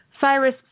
Cyrus